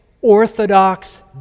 orthodox